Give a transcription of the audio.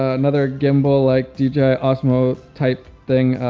ah another gimbal-like dji osmo-type thing.